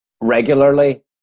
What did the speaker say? regularly